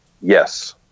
Yes